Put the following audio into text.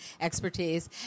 expertise